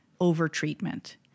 over-treatment